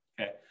Okay